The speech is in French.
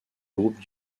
groupe